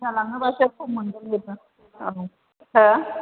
बुरजा लाङोबा एसे खम मोनगोन बेबो औ हो